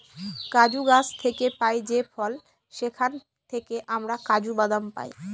কাজু গাছ থেকে পাই যে ফল সেখান থেকে আমরা কাজু বাদাম পাই